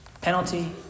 Penalty